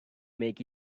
make